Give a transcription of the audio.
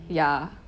ya